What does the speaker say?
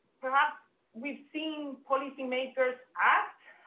perhaps, we've seen policymakers act,